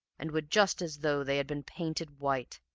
and were just as though they had been painted white,